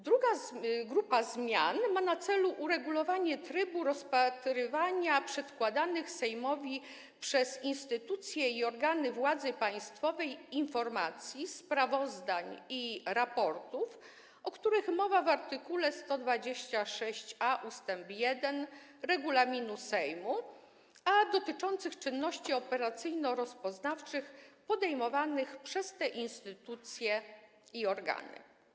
Druga grupa zmian ma na celu uregulowanie trybu rozpatrywania przedkładanych Sejmowi przez instytucje i organy władzy państwowej informacji, sprawozdań i raportów, o których mowa w art. 126a ust. 1 regulaminu Sejmu, dotyczących czynności operacyjno-rozpoznawczych podejmowanych przez te instytucje i organy.